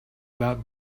about